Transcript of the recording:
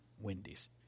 Wendy's